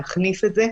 להכניס את זה.